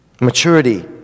maturity